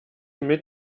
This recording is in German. mit